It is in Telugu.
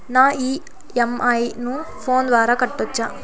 నా ఇ.ఎం.ఐ ను ఫోను ద్వారా కట్టొచ్చా?